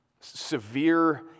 severe